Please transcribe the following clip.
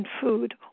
food